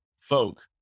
folk